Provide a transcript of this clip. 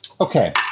Okay